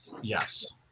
Yes